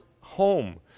home